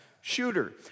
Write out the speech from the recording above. shooter